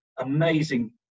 amazing